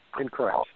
incorrect